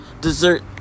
dessert